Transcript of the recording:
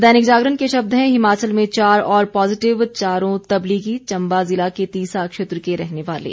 दैनिक जागरण के शब्द हैं हिमाचल में चार और पॉजेटिव चारों तबलीगी चम्बा जिला के तीसा क्षेत्र के रहने वाले